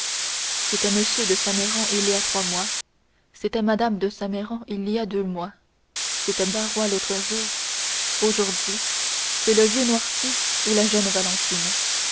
c'était m de saint méran il y a trois mois c'était mme de saint méran il y a deux mois c'était barrois l'autre jour aujourd'hui c'est le vieux noirtier ou la jeune valentine